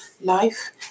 life